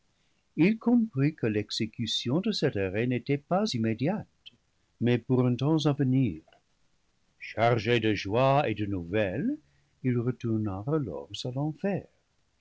il comprit que l'exécuion de cet arrêt n'était pas immédiate mais pour un temps à venir chargé de joie et de nouvelle il retourna alors à l'enfer